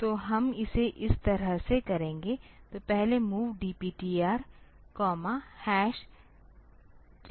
तो हम इसे इस तरह से करेंगे तो पहले MOV DPTR 6000 H है